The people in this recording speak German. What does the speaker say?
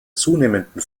zunehmenden